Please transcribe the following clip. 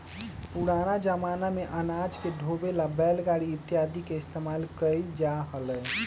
पुराना जमाना में अनाज के ढोवे ला बैलगाड़ी इत्यादि के इस्तेमाल कइल जा हलय